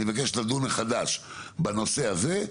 אני מבקש לדון מחדש בנושא הזה.